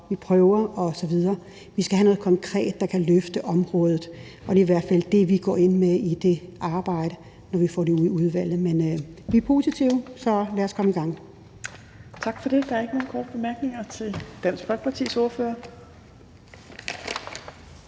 »vi prøver« osv. Vi skal have noget konkret, der kan løfte området. Det er i hvert fald det, vi går ind til arbejdet med, når vi får det i udvalget. Men vi er positive, så lad os komme i gang. Kl. 12:14 Fjerde næstformand (Trine Torp): Tak for det. Der er ikke nogen korte bemærkninger til Dansk Folkepartis ordfører.